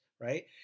right